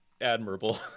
admirable